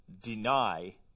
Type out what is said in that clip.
deny